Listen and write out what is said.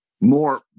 more